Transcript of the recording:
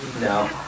No